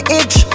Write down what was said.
itch